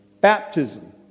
baptism